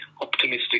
optimistic